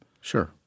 Sure